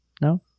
No